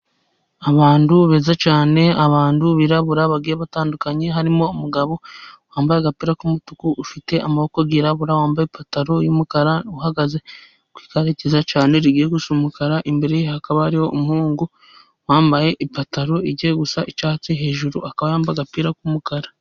Abantu beza cyane, abantu birabura batandukanye harimo umugabo wambaye agapira k'umutuku ufite amaboko yirabura wambaye ipantaro yumukara uhagaze ku igare ryiza cyane rigiye gusa umukara, imbere hakaba hari umuhungu wambaye ipantaro ijya gusa icyatsi hejuru akaba yambaye agapira k'umukara.